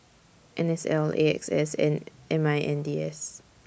N S L A X S and M I N D S